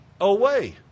away